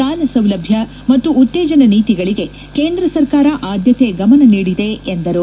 ಸಾಲ ಸೌಲಭ್ಯ ಮತ್ತು ಉತ್ತೇಜನ ನೀತಿಗಳಿಗೆ ಕೇಂದ್ರ ಸರ್ಕಾರ ಆದ್ಯತೆ ಗಮನ ನೀಡಿದೆ ಎಂದರು